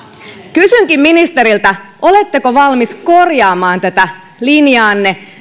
kysynkin ministeriltä oletteko valmis korjaamaan tätä linjaanne